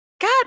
God